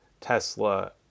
Tesla